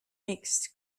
mixed